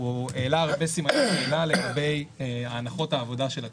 העלה הרבה סימני שאלה לגבי הנחות העבודה של התקציב.